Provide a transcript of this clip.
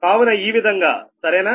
కావున ఈ విధంగా సరేనా